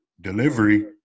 Delivery